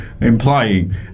implying